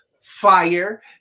fire